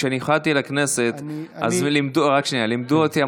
כשנבחרתי לכנסת אז לימדו אותי,